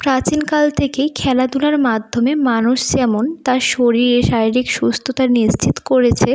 প্রাচীনকাল থেকেই খেলাধূলার মাধ্যমে মানুষ যেমন তার শরীরে শারীরিক সুস্থতা নিশ্চিত করেছে